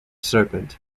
serpent